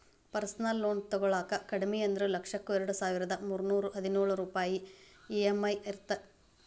personal loan ತೊಗೊಳಾಕ ಕಡಿಮಿ ಅಂದ್ರು ಲಕ್ಷಕ್ಕ ಎರಡಸಾವಿರ್ದಾ ಮುನ್ನೂರಾ ಹದಿನೊಳ ರೂಪಾಯ್ ಇ.ಎಂ.ಐ ಇರತ್ತ